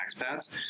expats